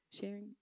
Sharing